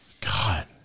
God